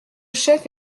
chef